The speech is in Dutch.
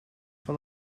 van